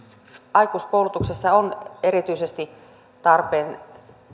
aikuiskoulutuksessa on erityisesti tarpeen